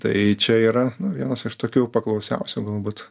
tai čia yra vienas iš tokių paklausiausių galbūt